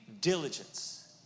diligence